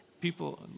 People